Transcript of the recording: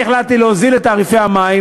אני החלטתי להוזיל את תעריפי המים,